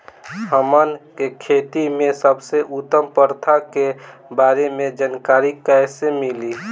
हमन के खेती में सबसे उत्तम प्रथा के बारे में जानकारी कैसे मिली?